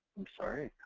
i'm sorry.